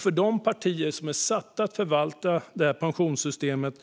För de partier som är satta att förvalta det pensionssystemet